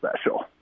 special